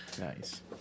Nice